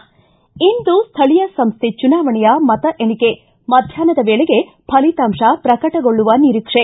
ಿ ಇಂದು ಸ್ಥಳೀಯ ಸಂಸ್ಥೆ ಚುನಾವಣೆಯ ಮತ ಎಣಿಕೆ ಮಧ್ಯಾಹ್ನದ ವೇಳೆಗೆ ಫಲಿತಾಂತ ಪ್ರಕಟಗೊಳ್ಳುವ ನಿರೀಕ್ಷೆ